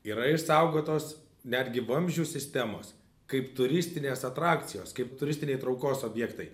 yra išsaugotos netgi vamzdžių sistemos kaip turistinės atrakcijos kaip turistiniai traukos objektai